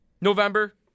November